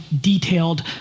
detailed